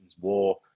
war